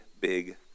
big